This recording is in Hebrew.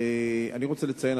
אני רוצה לציין,